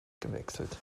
gewechselt